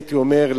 הייתי אומר,